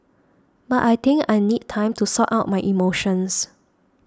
but I think I need time to sort out my emotions